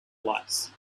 lights